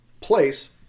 place